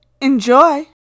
Enjoy